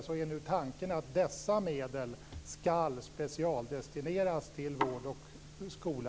Är nu tanken att dessa medel skall specialdestineras till vård och skola?